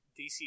DC